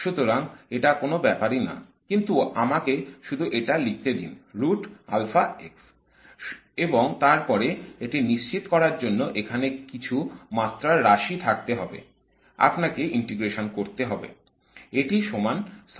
সুতরাং এটা কোন ব্যাপারই না কিন্তু আমাকে শুধু এটা লিখতে দিন এবং তারপরে এটি নিশ্চিত করার জন্য এখানে কিছু মাত্রার রাশি থাকতে হবে আপনাকে ইন্টিগ্রেশন করতে হবে